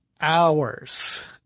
hours